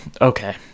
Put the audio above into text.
okay